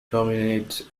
terminates